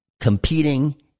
competing